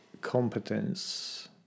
competence